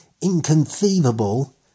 inconceivable